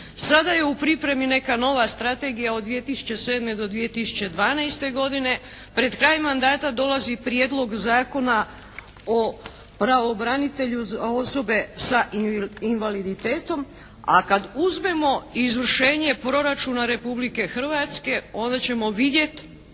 Sada je u pripremi neka nova strategija od 2007. do 2012. godine. Pred kraj mandata dolazi prijedlog zakona o pravobranitelju za osobe sa invaliditetom, a kad uzmemo izvršenje proračuna Republike Hrvatske onda ćemo vidjeti